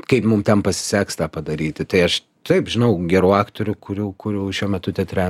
kaip mum ten pasiseks tą padaryti tai aš taip žinau gerų aktorių kurių kurių šiuo metu teatre